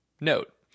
Note